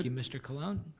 ah mr. colon,